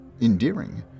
endearing